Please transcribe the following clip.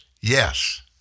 yes